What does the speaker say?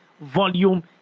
volume